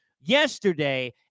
yesterday